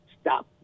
stop